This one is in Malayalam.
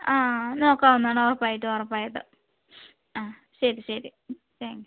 ആ നോക്കാവുന്നതാണ് ഉറപ്പായിട്ടും ഉറപ്പായിട്ടും ആ ശരി ശരി താങ്ക് യു